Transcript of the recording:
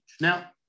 Now